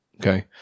Okay